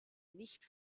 nicht